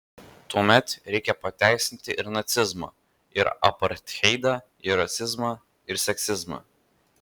tuomet reikia pateisinti ir nacizmą ir apartheidą ir rasizmą ir seksizmą